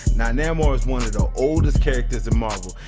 now namor is one of the oldest characters in marvel.